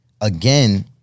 again